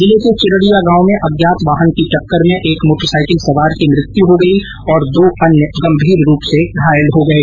जिले के चिरडिया गांव में अज्ञात वाहन की टक्कर में एक मोटरसाइकिल सवार की मृत्यु हो गई और दो अन्य गम्भीर रूप से घायल हो गए